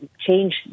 change